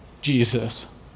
Jesus